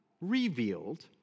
revealed